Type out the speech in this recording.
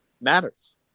matters